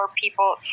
people